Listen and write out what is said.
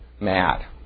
mad